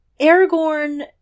aragorn